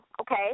okay